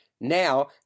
Now